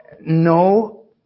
no